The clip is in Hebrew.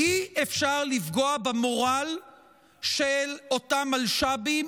אי-אפשר לפגוע במורל של אותם מלש"בים.